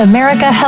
America